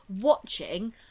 watching